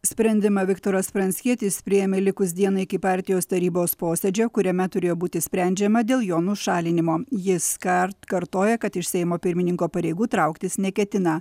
sprendimą viktoras pranckietis priėmė likus dienai iki partijos tarybos posėdžio kuriame turėjo būti sprendžiama dėl jo nušalinimo jis kar kartoja kad iš seimo pirmininko pareigų trauktis neketina